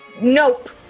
Nope